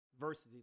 verses